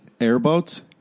Airboats